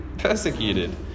persecuted